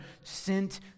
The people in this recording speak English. sent